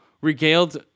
regaled